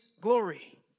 glory